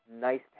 Nice